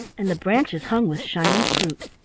and the branches hung with shining fruit.